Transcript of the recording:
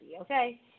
okay